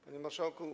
Panie Marszałku!